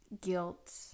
guilt